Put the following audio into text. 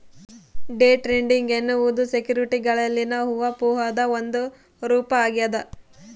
day trading ಎನ್ನುವುದು ಸೆಕ್ಯುರಿಟಿಗಳಲ್ಲಿನ ಊಹಾಪೋಹದ ಒಂದು ರೂಪ ಆಗ್ಯದ